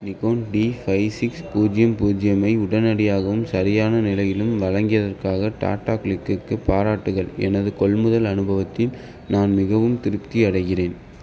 Nikon D five six பூஜ்ஜியம் பூஜ்ஜியமை உடனடியாகவும் சரியான நிலையிலும் வழங்கியதற்காக டாடா கிளிக்கு பாராட்டுகள் எனது கொள்முதல் அனுபவத்தில் நான் மிகவும் திருப்தி அடைகின்றேன்